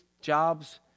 jobs